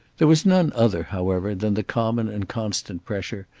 there was none other, however, than the common and constant pressure,